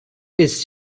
ist